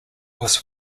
was